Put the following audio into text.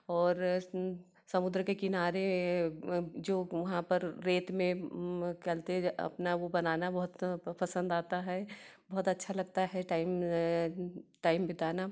और समुद्र के किनारे जो वहाँ पर रेत में अपना वो बनाना बहुत पसंद आता है बहुत अच्छा लगता है टाइम टाइम बिताना